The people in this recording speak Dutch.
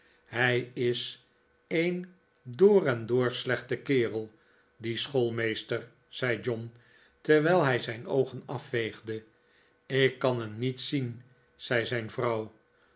hij is een door en door slechte kerel die schoolmeester zei john terwijl hij zijn oogen afveegde ik kan hem niet zien zei zijn vrouw